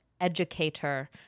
educator